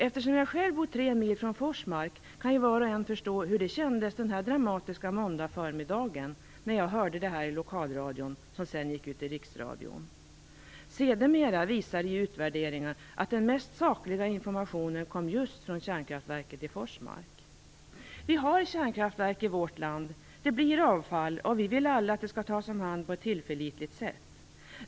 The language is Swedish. Eftersom jag själv bor tre mil från Forsmark kan ju var och en förstå hur det kändes denna dramatiska måndagsförmiddag när jag i lokalradion hörde detta, som sedan gick ut i riksradion. Sedermera visade utvärderingar att den mest sakliga informationen kom just från kärnkraftverket i Forsmark. Vi har kärnkraftverk i vårt land. Det blir avfall, och vi vill alla att det skall tas om hand på ett tillförlitligt sätt.